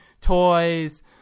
toys